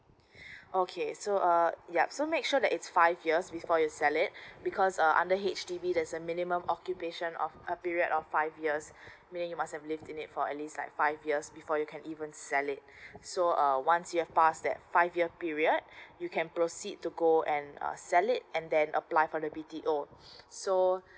okay so uh yup so make sure that it's five years before you sell it because uh under H_D_B there's a minimum occupation of a period of five years meaning you must have lived in it for at least like five years before you can even sell it so uh once you have passed that five year period you can proceed to go and are sell it and then apply for the so